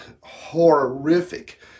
horrific